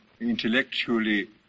intellectually